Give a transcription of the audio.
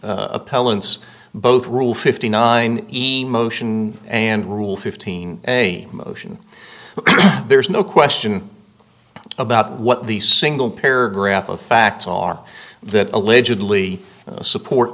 appellant's both rule fifty nine emotion and rule fifteen a motion there's no question about what the single paragraph of facts are that allegedly support